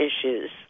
issues